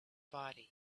body